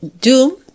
Doom